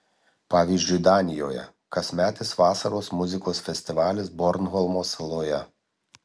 pavyzdžiui danijoje kasmetis vasaros muzikos festivalis bornholmo saloje